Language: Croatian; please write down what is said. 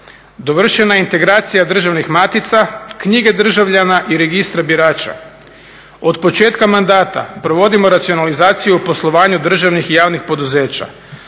Dovršena je integracija državnih matica, knjige državljana i registra birača. Od početka mandata provodimo racionalizaciju o poslovanju državnih i javnih poduzeća.